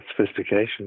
sophistication